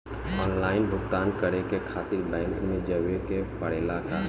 Online भुगतान करे के खातिर बैंक मे जवे के पड़ेला का?